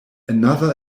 another